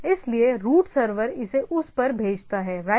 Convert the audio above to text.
इसलिए root server इसे उस पर भेजता है राइट